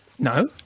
No